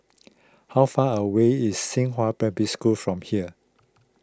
how far away is Xinghua Primary School from here